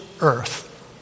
earth